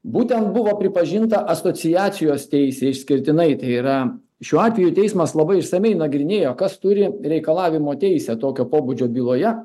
būtent buvo pripažinta asociacijos teisė išskirtinai tai yra šiuo atveju teismas labai išsamiai nagrinėjo kas turi reikalavimo teisę tokio pobūdžio byloje